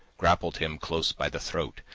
grappled him close by the throat,